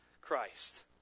Christ